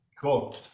Cool